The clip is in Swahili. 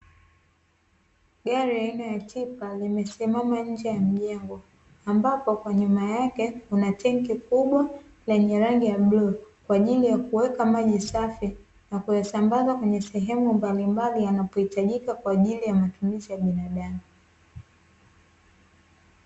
Gari aina ya tipa limesimama nje ya mjengo ambapo kwa nyuma yake kuna tenki kubwa lenye rangi ya bluu kwa ajili ya kuweka maji safi na kuyasambaza kwenye sehemu mbali mbali yanapohitajika kwa ajili ya matumizi ya binadamu.